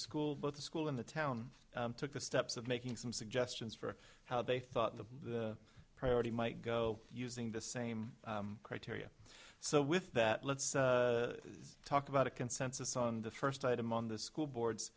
school both the school in the town took the steps of making some suggestions for how they thought the priority might go using the same criteria so with that let's talk about a consensus on the first item on the school board